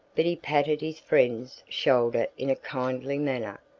but he patted his friend's shoulder in a kindly manner,